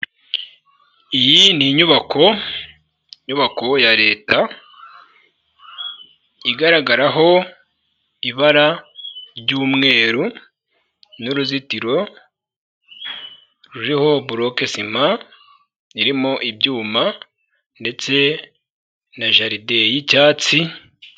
Iyi ni inyubako, inyubako ya leta igaragaraho ibara ry'umweru n'uruzitiro ruriho buroke sima irimo ibyuma ndetse na jaride y'icyatsi.